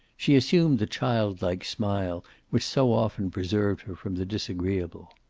she assumed the child-like smile which so often preserved her from the disagreeable.